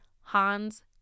Hans